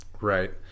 Right